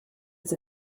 was